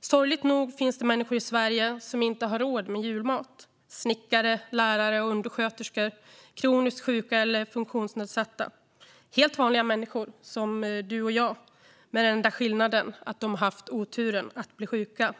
Sorgligt nog finns det människor i Sverige som inte har råd med julmat. Det är snickare, lärare och undersköterskor - kroniskt sjuka eller funktionsnedsatta - helt vanliga människor som du och jag, med den skillnaden att de haft oturen att bli sjuka.